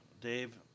Dave